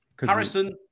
Harrison